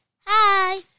hi